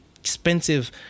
expensive